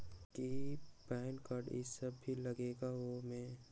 कि PAN card इ सब भी लगेगा वो में?